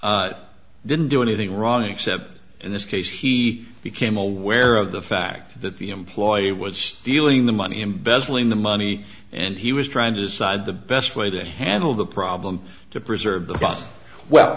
he didn't do anything wrong except in this case he became aware of the fact that the employee was stealing the money embezzling the money and he was trying to decide the best way to handle the problem to preserve the